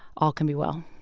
all can be well.